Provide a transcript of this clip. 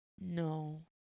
no